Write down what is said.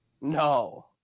No